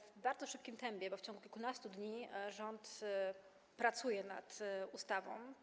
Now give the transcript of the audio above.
W bardzo szybkim tempie, bo w ciągu kilkunastu dni, rząd pracuje nad ustawą.